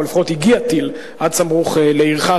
או לפחות הגיע טיל עד סמוך לעירך,